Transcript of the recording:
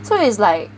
so is like